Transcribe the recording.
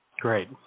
Great